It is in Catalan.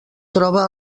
troba